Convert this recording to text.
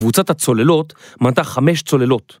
‫קבוצת הצוללות מנתה חמש צוללות.